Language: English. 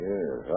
Yes